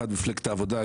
אחת היא מפלגת העבודה,